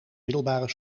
middelbare